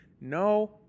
no